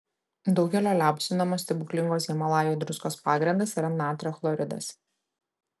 daugelio liaupsinamos stebuklingos himalajų druskos pagrindas yra natrio chloridas